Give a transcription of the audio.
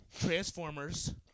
Transformers